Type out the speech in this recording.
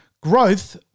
growth